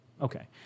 Okay